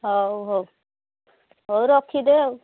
ହଉ ହଉ ହଉ ରଖିଦେ ଆଉ